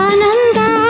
Ananda